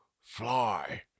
fly